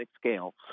scale